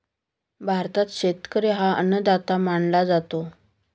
भारतात शेतकरी हा अन्नदाता मानला जातो